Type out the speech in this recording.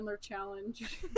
challenge